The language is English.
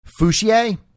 Fouchier